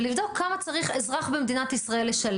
ולבדוק כמה צריך לשלם אזרח במדינת ישראל.